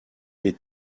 les